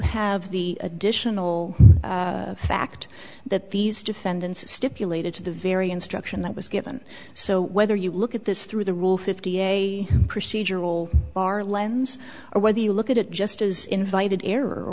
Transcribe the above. have the additional fact that these defendants stipulated to the very instruction that was given so whether you look at this through the rule fifty a procedural bar lens or whether you look at justice invited error